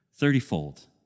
thirtyfold